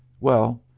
well,